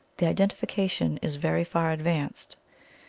the identification is very far advanced.